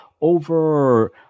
over